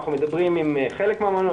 אנחנו מדברים עם חלק מהמעונות,